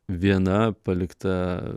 viena palikta